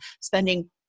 spending